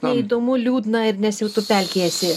neįdomu liūdna nes jau tu pelkėj esi